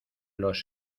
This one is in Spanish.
los